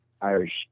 Irish